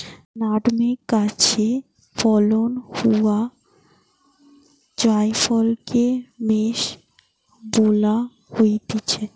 nutmeg গাছে ফলন হোয়া জায়ফলকে মেস বোলা হচ্ছে